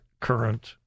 current